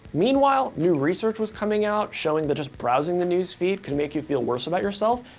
meanwhile, new research was coming out showing that just browsing the newsfeed can make you feel worse about yourself,